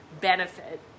benefit